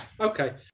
okay